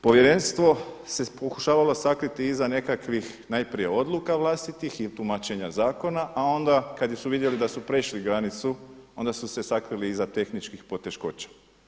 Povjerenstvo se pokušavalo sakriti iza nekakvih najprije odluka vlastitih i tumačenja zakona, a onda kad su vidjeli da su prešli granicu, onda su se sakrili iza tehničkih poteškoća.